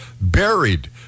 buried